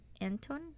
Anton